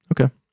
Okay